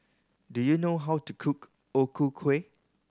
do you know how to cook O Ku Kueh